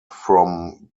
from